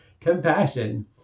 compassion